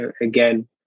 again